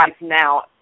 now